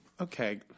Okay